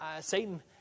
Satan